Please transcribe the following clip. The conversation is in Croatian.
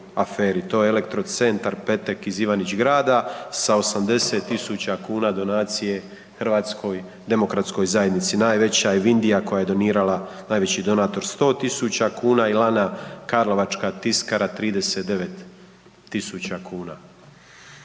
to je Elektrocentar Petek iz Ivanić Grada sa 80.000 kuna donacije HDZ-u, najveća je Vindija koja je donirala, najveći donator 100.000 kuna i Lana karlovačka tiskara 39.000 kuna.